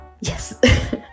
Yes